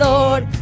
Lord